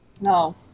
No